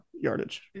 yardage